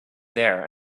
there